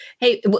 Hey